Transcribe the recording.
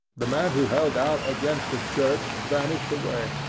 the man who held out against the church vanished away,